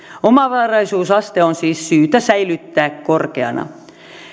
omavaraisuusaste on siis syytä säilyttää korkeana